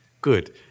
good